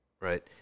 right